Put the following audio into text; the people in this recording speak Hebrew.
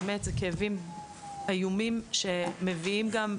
באמת זה כאבים איומים שמביאים גם,